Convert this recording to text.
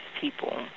people